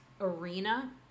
arena